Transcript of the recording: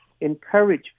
Encourage